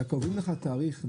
אלא קובעים לך תאריך,